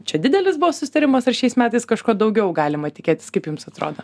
čia didelis buvo susitarimas ar šiais metais kažko daugiau galima tikėtis kaip jums atrodo